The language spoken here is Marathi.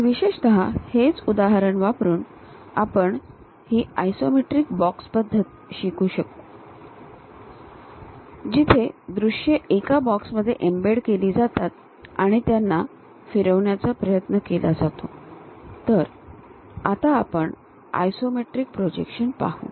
आणि विशेषतः हेच उदाहरण वापरून आपण ही आयसोमेट्रिक बॉक्स पद्धत शिकू जिथे दृश्ये एका बॉक्समध्ये एम्बेड केली जातात आणि त्यांना फिरवण्याचा प्रयत्न केला जातो तर आता आपण आयसोमेट्रिक प्रोजेक्शन्स पाहू